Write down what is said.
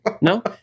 No